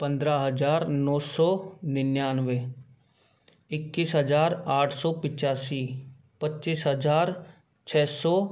पंद्रह हज़ार नौ सौ निन्यानवे इक्कीस हज़ार आठ सौ पिच्चासी पच्चीस हज़ार छः सौ